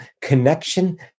connection